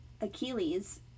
Achilles